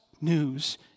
news